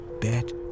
bet